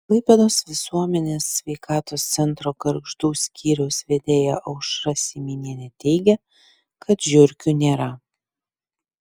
klaipėdos visuomenės sveikatos centro gargždų skyriaus vedėja aušra syminienė teigia kad žiurkių nėra